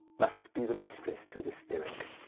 must be the mistresse to this theorique.